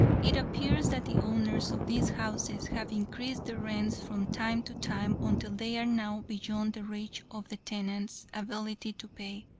it appears that the owners of these houses have increased the rents from time to time until they are now beyond the reach of the tenants' ability to pay.